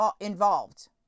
involved